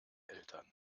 eltern